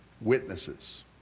Witnesses